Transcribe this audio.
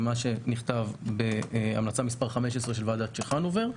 למה שנכתב בהמלצה מס' 15 של ועדה צ'חנובר,